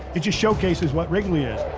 it just showcases what wrigley is.